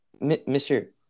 Mr